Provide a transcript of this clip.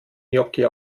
gnocchi